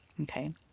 Okay